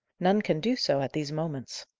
none can do so, at these moments.